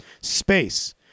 Space